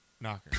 Knocker